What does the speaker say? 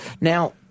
Now